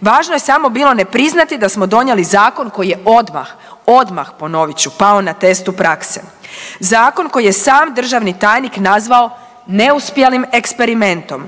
Važno je samo bilo nepriznati da smo donijeli zakon koji je odmah, odmah ponovit ću pao na testu prakse. Zakon koji je sam državni tajnik nazvao neuspjelim eksperimentom.